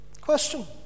Question